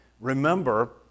Remember